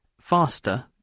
faster